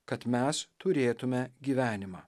kad mes turėtume gyvenimą